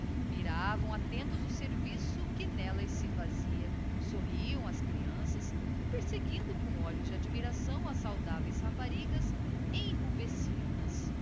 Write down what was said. miravam attentos o serviço que n'ellas se fazia sorriam ás creanças e perseguindo com olhos de admiração as saudáveis raparigas enrubesciam nas e